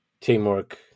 Teamwork